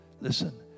Listen